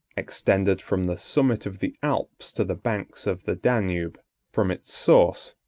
extended from the summit of the alps to the banks of the danube from its source,